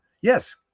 Yes